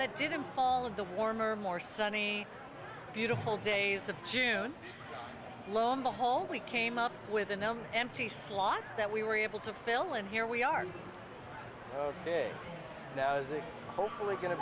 that didn't fall of the warmer more sunny beautiful days of june lo and behold we came up with the no empty slot that we were able to fill and here we are now is it hopefully going to